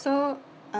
so uh